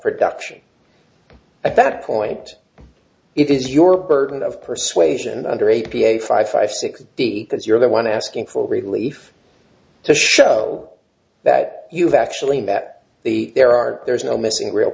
production at that point it is your burden of persuasion under a p a five five six d that you're the one asking for relief to show that you've actually met the there are there is no missing real